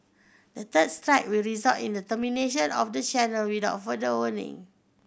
the third strike will result in the termination of the channel without further warning